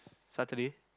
Saturday